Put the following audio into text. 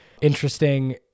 interesting